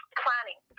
planning